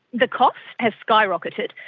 the cost has skyrocketed,